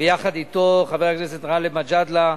חבר הכנסת גאלב מג'אדלה,